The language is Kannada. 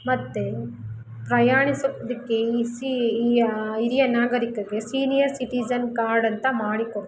ಮತ್ತು ಪ್ರಯಾಣಿಸೋದಕ್ಕೆ ಇಸಿಎ ಯಾ ಹಿರಿಯ ನಾಗರೀಕರಿಗೆ ಸೀನಿಯರ್ ಸಿಟಿಝನ್ ಕಾರ್ಡ್ ಅಂತ ಮಾಡಿ ಕೊಡ್ತಾರೆ